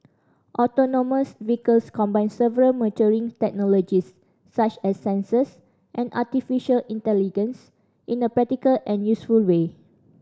autonomous vehicles combine several maturing technologies such as sensors and artificial in a practical and useful way